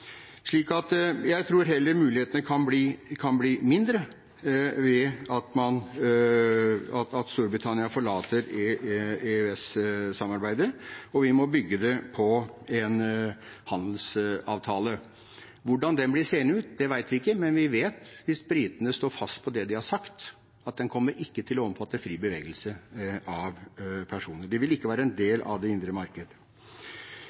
jeg tror heller mulighetene kan bli mindre ved at Storbritannia forlater EØS-samarbeidet, og vi må bygge det på en handelsavtale. Hvordan den blir seende ut, vet vi ikke, men vi vet – hvis britene står fast på det de har sagt – at den kommer ikke til å omfatte fri bevegelse av personer. De vil ikke være en